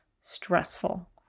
stressful